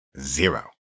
zero